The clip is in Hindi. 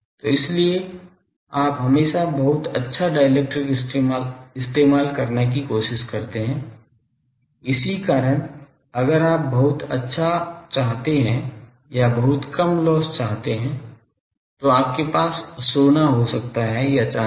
तो इसीलिए आप हमेशा बहुत अच्छा डाइइलेक्ट्रिक इस्तेमाल करने की कोशिश करते हैं इसी कारण अगर आप बहुत अच्छा चाहते हैं या बहुत कम लॉस चाहते हैं तो आपके पास सोना हो सकता है या चांदी